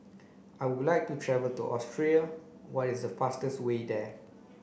I would like to travel to Austria what is the fastest way there